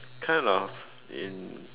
kind of in